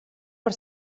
per